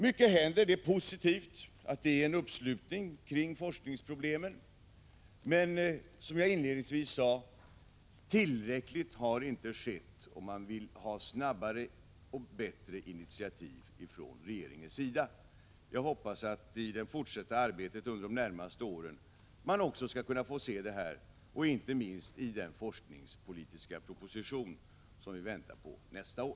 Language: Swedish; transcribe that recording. Mycket händer, och det är positivt att det finns en uppslutning kring forskningsproblemen. Men, som jag inledningsvis sade, det som har skett är inte tillräckligt, och vi vill ha snabbare och bättre initiativ från regeringens sida. Jag hoppas att vi i det fortsatta arbetet under de närmaste åren skall kunna få se sådana, och inte minst i den forskningspolitiska proposition som vi väntar skall komma nästa år.